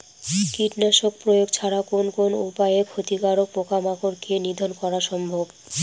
কীটনাশক প্রয়োগ ছাড়া কোন কোন উপায়ে ক্ষতিকর পোকামাকড় কে নিধন করা সম্ভব?